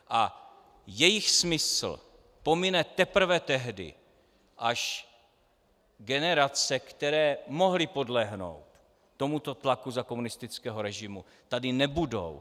A jejich smysl pomine teprve tehdy, až generace, které mohly podlehnout tomuto tlaku za komunistického režimu, tady nebudou.